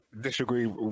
disagree